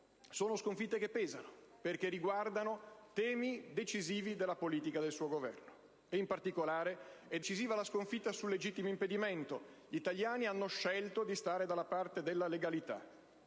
a votare, pesano, perché riguardano temi decisivi della politica del suo Governo. In particolare, è decisiva la sconfitta sul legittimo impedimento. Gli italiani hanno scelto di stare dalla parte della legalità.